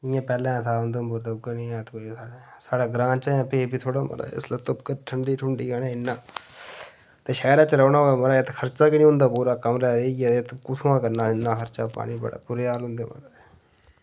जियां पैह्ले था उधमपुर ते उयै नेहा गै ऐ साढ़े ग्रांऽ च फ्ही बी थोह्ड़ा मता इसलै धुप्प ठंडी ठुंडी ऐ इन्ना ते शैह्रा च रौह्ना होवै महाराज ते खर्चा गै नेईं होंदा पूरा कमरा लेइयै कुत्थुआं करना इन्ना खर्चा पानी बड़े बूरे हाल हुंदे